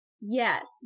yes